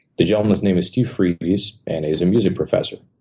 the gentleman's name is steve freebies, and he's a music professor.